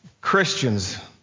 Christians